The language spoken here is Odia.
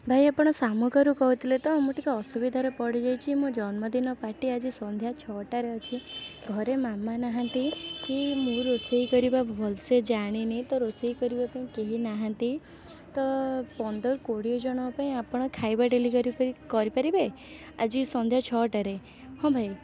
ଭାଇ ଆପଣ ଶାମୁକାରୁ କହୁଥିଲେ ତ ମୁଁ ଟିକିଏ ଅସୁବିଧାରେ ପଡ଼ିଯାଇଛି ମୋ ଜନ୍ମଦିନ ପାର୍ଟି ଆଜି ସନ୍ଧ୍ୟା ଛଅଟାରେ ଅଛି ଘରେ ମାମା ନାହାଁନ୍ତିକି ମୁଁ ରୋଷେଇ କରିବା ଭଲସେ ଜାଣିନି ତ ରୋଷେଇ କରିବାପାଇଁ କେହିନାହାଁନ୍ତି ତ ପନ୍ଦର କୋଡ଼ିଏ ଜଣଙ୍କପାଇଁ ଆପଣ ଖାଇବା ଡେଲିଭେରି ଭେରି କରିପାରିବେ ଆଜି ସନ୍ଧ୍ୟା ଛଅଟାରେ ହଁ ଭାଇ